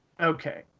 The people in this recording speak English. Okay